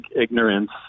ignorance